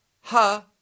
ha